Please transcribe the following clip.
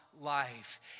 life